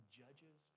judges